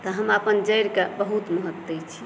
तऽ हम अपन जड़िके बहुत महत्व दै छी